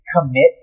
commit